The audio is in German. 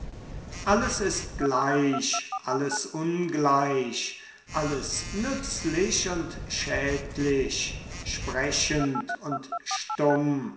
alles ist gleich alles ungleich alles nützlich und schädlich sprechend und stumm